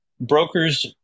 brokers